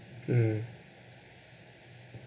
mm